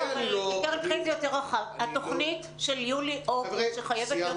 --- יותר רחב: התוכנית של יולי-אוגוסט שחייבת להיות